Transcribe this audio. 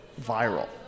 viral